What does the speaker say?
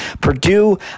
Purdue